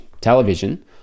television